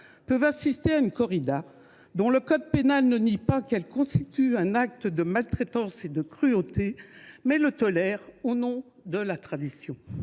peuvent assister à une corrida, dont le droit ne nie pas qu’elle constitue un acte de maltraitance et de cruauté, mais le tolère au nom de la tradition.